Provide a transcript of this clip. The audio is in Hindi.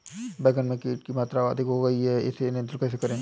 बैगन में कीट की मात्रा बहुत अधिक हो गई है इसे नियंत्रण कैसे करें?